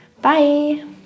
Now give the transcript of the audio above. Bye